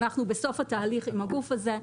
ואנחנו בסוף התהליך עם הגוף הזה.